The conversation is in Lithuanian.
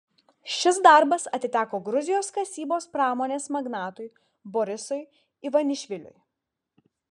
šis darbas atiteko gruzijos kasybos pramonės magnatui borisui ivanišviliui